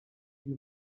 you